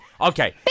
Okay